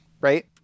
Right